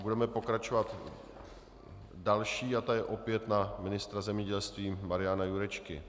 Budeme pokračovat další a ta je opět na ministra zemědělství Mariana Jurečku.